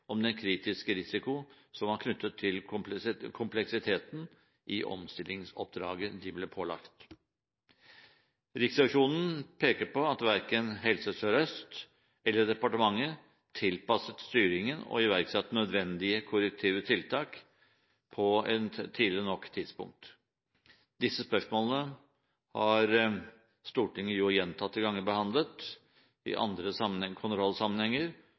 om den kritiske risikoen som var knyttet til kompleksiteten i omstillingsoppdraget de ble pålagt. Riksrevisjonen peker på at verken Helse Sør-Øst eller departementet tilpasset styringen og iverksatte nødvendige korrektive tiltak på et tidlig nok tidspunkt. Disse spørsmålene har Stortinget gjentatte ganger behandlet, i andre kontrollsammenhenger,